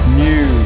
new